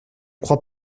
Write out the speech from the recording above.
crois